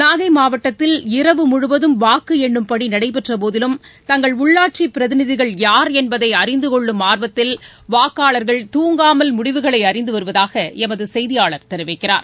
நாகை மாவட்டத்தில் இரவு முழுவதும் வாக்கு எண்ணும் பணி நடைபெற்ற போதிலும் தங்கள் உள்ளாட்சி பிரதிநிதிகள் யார் என்பதை அறிந்துகொள்ளும் ஆர்வத்தில் வாக்காளர்கள் தூங்காமல் முடிவுகளை அறிந்து வருவதாக எமது செய்தியாளர் தெரிவிக்கிறார்